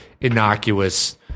innocuous